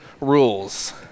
rules